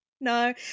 No